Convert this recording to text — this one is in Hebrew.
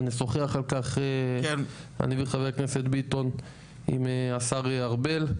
ונשוחח על כך אני וחבר הכנסת ביטון עם השר ארבל,